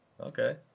Okay